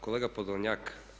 Kolega Podolnjak!